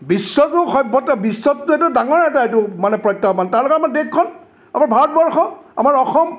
বিশ্বতো সভ্যতা বিশ্বততো এইটো ডাঙৰ এটা এইটো মানে প্ৰত্যাহ্বান তাৰ লগতে আমাৰ দেশখন আমাৰ ভাৰতবৰ্ষ আমাৰ অসম